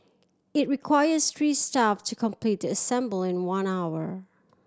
it requires three staff to complete the assembly in one hour